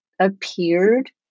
appeared